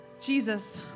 Jesus